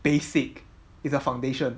basic it's a foundation